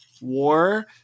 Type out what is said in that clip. war